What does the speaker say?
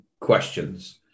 questions